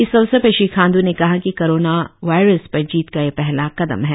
इस अवसर पर श्री खांड़ ने कहा कि कोरोना वायर्स पर जीत का यह पहला कदम है